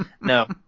No